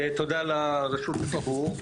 תודה על רשות הדיבור.